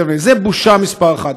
זו בושה מספר אחת.